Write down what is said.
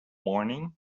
morning